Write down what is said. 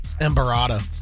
Embarada